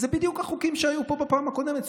הם בדיוק החוקים שהיו פה בפעם הקודמת.